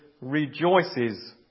rejoices